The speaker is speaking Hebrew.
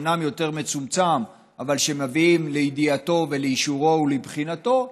שהוא אומנם יותר מצומצם אבל מביאים לידיעתו ולאישורו ולבחינתו,